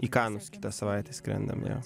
į kanus kitą savaitę skrendam jo